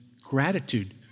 gratitude